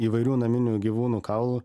įvairių naminių gyvūnų kaulų